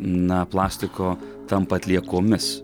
na plastiko tampa atliekomis